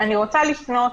אני רוצה לפנות